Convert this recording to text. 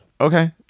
okay